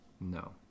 no